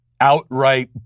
outright